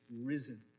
risen